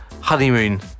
honeymoon